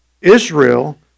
Israel